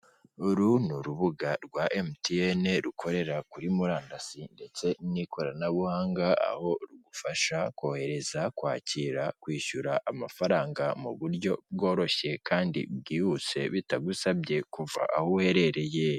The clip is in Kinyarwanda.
Uru ni urubuga rwa Emutiyeni rukorera kuri murandasi ndetse n'ikoranabuhanga aho rugufasha kohereza kwakira kwishyura amafaranga mu buryo bworoshye kandi bwihuse bitagusabye kuva aho uherereye.